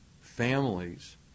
families